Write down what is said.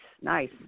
nice